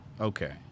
okay